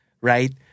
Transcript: right